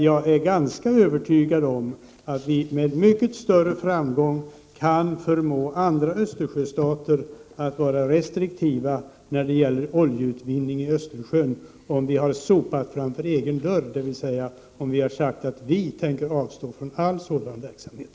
Jag är dock ganska övertygad om att vi med mycket större framgång skulle kunna förmå andra Östersjöstater att vara restriktiva när det gäller oljeutvinning i Östersjön om vi först har sopat rent framför egen dörr, dvs. om vi har sagt att vi tänker avstå från all sådan verksamhet.